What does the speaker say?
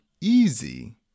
easy